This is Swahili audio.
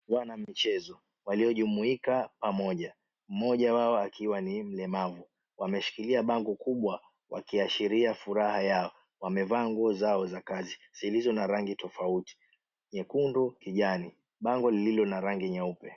Wanamichezo waliojumuika pamoja mmoja wao akiwa ni mlemavu. Wameshikilia bango kubwa wakiashiria furaha yao. Wamevaa nguo zao za kazi zilizo na rangi tofauti; nyekundu, kijani, bango lililo na rangi nyeupe.